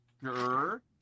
Sure